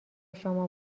شما